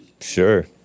Sure